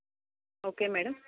okay madam